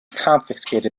confiscated